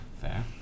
Fair